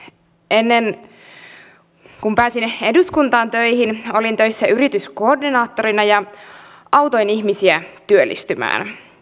ennen kuin pääsin eduskuntaan töihin olin töissä yrityskoordinaattorina ja autoin ihmisiä työllistymään